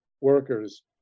workers